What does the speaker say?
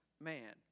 man